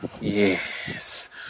yes